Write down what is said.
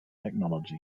technology